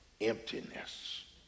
emptiness